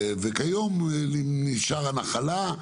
וכיום נשארה הנחלה.